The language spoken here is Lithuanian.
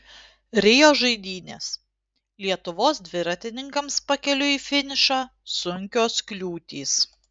rio žaidynės lietuvos dviratininkams pakeliui į finišą sunkios kliūtys